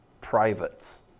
privates